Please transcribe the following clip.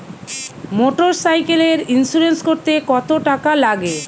মোটরসাইকেলের ইন্সুরেন্স করতে কত টাকা লাগে?